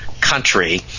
country